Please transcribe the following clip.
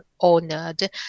honored